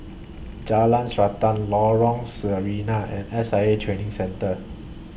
Jalan Srantan Lorong Sarina and S I A Training Centre